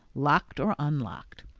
locked or unlocked.